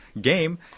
game